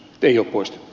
ei ole poistettu